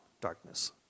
darkness